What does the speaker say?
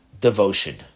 devotion